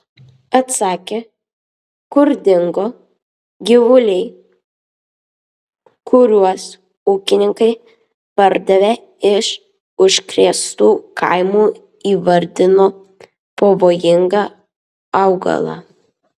atsakė kur dingo gyvuliai kuriuos ūkininkai pardavė iš užkrėstų kaimų įvardino pavojingą augalą